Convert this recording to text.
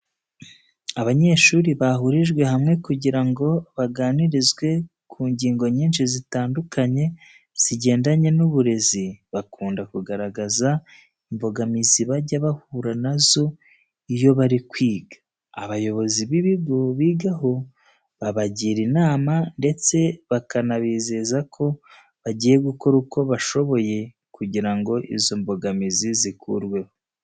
Iyo abanyeshuri bahurijwe hamwe kugira ngo baganirizwe ku ngingo nyinshi zitandukanye zigendanye n'uburezi, bakunda kugaragaza imbogamizi bajya bahura na zo iyo bari kwiga. Abayobozi b'ibigo bigaho babagira inama ndetse bakanabizeza ko bagiye gukora uko bashoboye kugira ngo izo mbogamizi zikurweho.